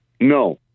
No